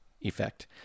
effect